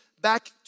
back